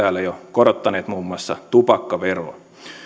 korottaneet muun muassa tupakkaveroa